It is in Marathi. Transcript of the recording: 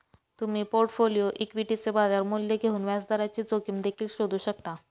तुम्ही पोर्टफोलिओ इक्विटीचे बाजार मूल्य घेऊन व्याजदराची जोखीम देखील शोधू शकता